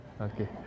Okay